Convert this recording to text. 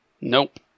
Nope